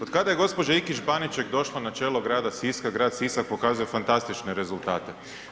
Od kada je gospođa Ikić Baniček došla na čelo grada Siska, grad Sisak pokazuje fantastične rezultate.